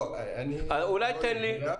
לא, אני לא יודע.